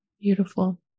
Beautiful